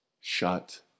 shut